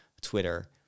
Twitter